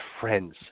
friends